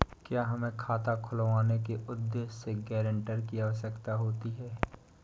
क्या हमें खाता खुलवाने के उद्देश्य से गैरेंटर की आवश्यकता होती है?